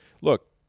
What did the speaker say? Look